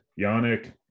Yannick